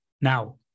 now